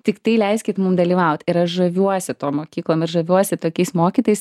tiktai leiskit mum dalyvaut ir aš žaviuosi tom mokyklom ir žaviuosi tokiais mokytojais